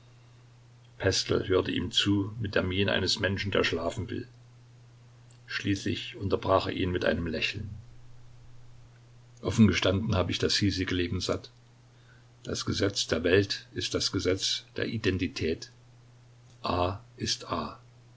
pestel hörte ihm zu mit der miene eines menschen der schlafen will schließlich unterbrach er ihn mit einem lächeln offen gestanden habe ich das hiesige leben satt das gesetz der welt ist das gesetz der identität a ist a